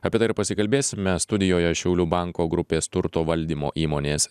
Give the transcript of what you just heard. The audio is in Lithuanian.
apie tai ir pasikalbėsime studijoje šiaulių banko grupės turto valdymo įmonės